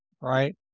right